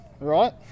right